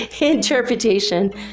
interpretation